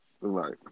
right